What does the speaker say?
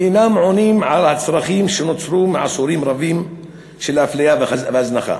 ואינם עונים על הצרכים שנוצרו מעשורים רבים של אפליה והזנחה.